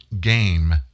game